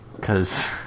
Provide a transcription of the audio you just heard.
cause